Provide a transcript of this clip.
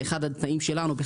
זה אחד התנאים שלנו.